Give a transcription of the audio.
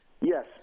Yes